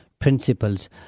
principles